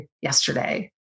yesterday